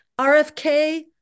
RFK